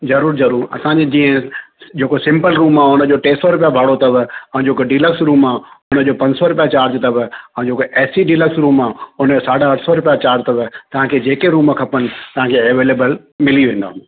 ज़रूरु ज़रूरु असांजी जीअं जेको सिमप्ल रूम आहे हुन जो टे सौ रुपया भाड़ो अथव ऐं जेको डिलक्स रूम आहे हुन जो पंज सौ रुपया चार्ज अथव ऐं जेको ए सी डिलक्स रूम आहे हुन जो साढा अठ सौ रुपया चार्ज अथव तव्हांखे जेके रूम खपनि तव्हांखे अवेलेबल मिली वेंदा